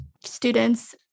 students